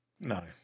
No